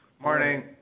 morning